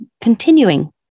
continuing